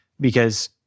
because-